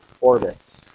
orbits